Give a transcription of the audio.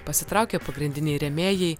pasitraukė pagrindiniai rėmėjai